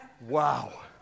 wow